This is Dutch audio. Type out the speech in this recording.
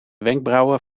wenkbrauwen